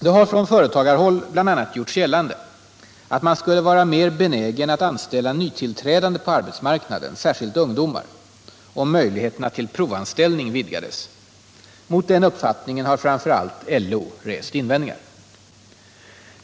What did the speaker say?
Det har från företagarhåll bl.a. gjorts gällande att man skulle vara mer benägen att anställa nytillträdande på arbetsmarknaden — särskilt ungdomar - om möjligheterna till provanställning vidgades. Mot den uppfattningen har framför allt LO rest invändningar.